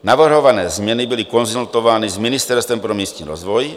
Navrhované změny byly konzultovány s Ministerstvem pro místní rozvoj.